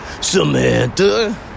Samantha